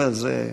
אבל זה,